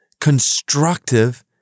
constructive